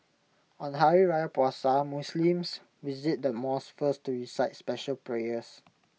on Hari Raya Puasa Muslims visit the mosque first to recite special prayers